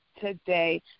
today